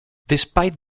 despite